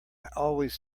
always